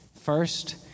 First